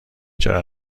چرا